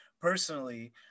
personally